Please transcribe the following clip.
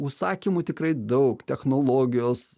užsakymų tikrai daug technologijos